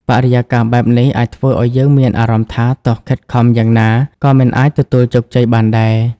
បរិយាកាសបែបនេះអាចធ្វើឲ្យយើងមានអារម្មណ៍ថា ទោះខិតខំយ៉ាងណាក៏មិនអាចទទួលជោគជ័យបានដែរ។